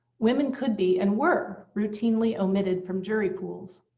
women could be and were routinely omitted from jury pools.